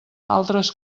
altres